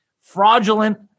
fraudulent